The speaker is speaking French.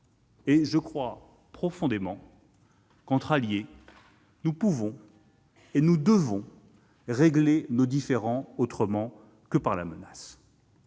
Je crois profondément qu'entre alliés nous pouvons et nous devons régler nos différends autrement que par la menace.